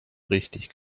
richtig